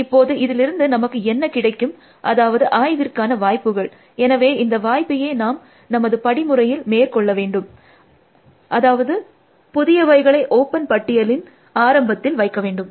இப்போது இதிலிருந்து நமக்கு என்ன கிடைக்கும் அதாவது ஆய்விற்கான வாய்ப்புகள் எனவே இந்த வாய்ப்பையே நாம் நமது படிமுறையில் மேற்கொள்ள வேண்டும் அதாவது புதியவைகளை ஒப்பன் பட்டியலின் ஆரம்பத்தில் வைக்க வேண்டும்